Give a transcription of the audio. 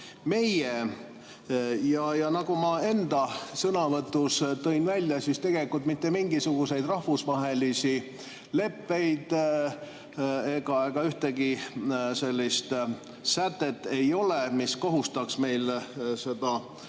meie. Nagu ma enda sõnavõtus tõin välja, siis tegelikult mitte mingisuguseid rahvusvahelisi leppeid ega ühtegi sellist sätet ei ole, mis kohustaks meil seda õigust